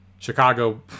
Chicago